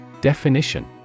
Definition